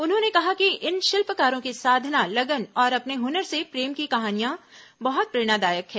उन्होंने कहा कि इन शिल्पकारों की साधना लगन और अपने हुनर से प्रेम की कहानियां बहुत प्रेरणादायक हैं